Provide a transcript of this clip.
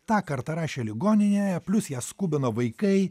tą kartą rašė ligoninėje plius ją skubino vaikai